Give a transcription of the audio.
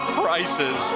prices